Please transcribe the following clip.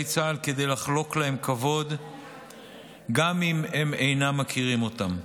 צה"ל כדי לחלוק להם כבוד גם אם הם אינם מכירים אותם.